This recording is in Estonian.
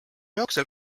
jooksul